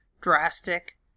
drastic